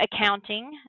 Accounting